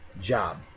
job